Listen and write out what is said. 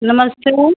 नमस्ते